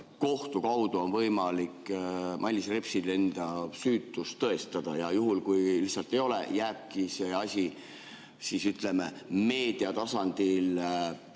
kohtu kaudu on võimalik Mailis Repsil enda süütust tõestada ja juhul, kui lihtsalt ei ole, siis jääbki see asi, ütleme, meedia tasandil